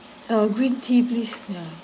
uh green tea please ya